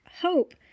hope